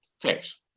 Thanks